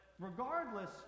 Regardless